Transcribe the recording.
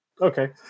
Okay